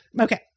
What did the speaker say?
Okay